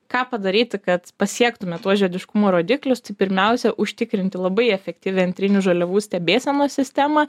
ką padaryti kad pasiektume tuos žydiškumo rodiklius tai pirmiausia užtikrinti labai efektyvią antrinių žaliavų stebėsenos sistemą